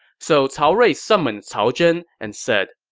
so cao rui summoned cao zhen and said,